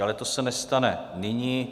Ale to se nestane nyní.